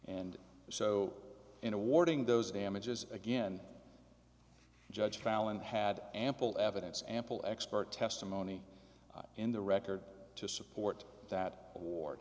and so in awarding those damages again judge fallon had ample evidence ample expert testimony in the record to support that awar